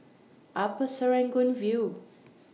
Upper Serangoon View